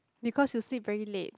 because you sleep very late